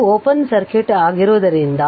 ಇದು open circuit ಆಗಿರುವುದರಿಂದ